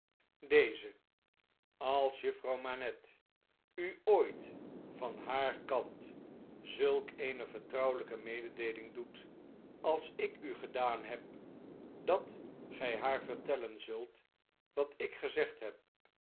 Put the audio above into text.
deze als juffrouw manette u ooit van haar kant zulk eene vertrouwelijke mededeeling doet als ik u gedaan heb dat gjj haar vertellen zult wat ik gezegd heb